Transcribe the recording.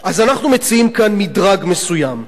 אז אנחנו מציעים כאן מדרג מסוים,